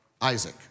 Isaac